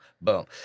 Boom